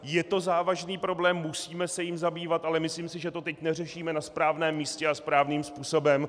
Je to závažný problém, musíme se jím zabývat, ale myslím si, že to teď neřešíme na správném místě a správným způsobem.